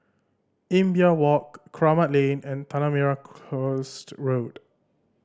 Imbiah Walk Kramat Lane and Tanah Merah Coast Road